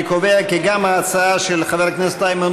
אני קובע כי גם ההצעה של חבר הכנסת איימן